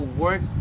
work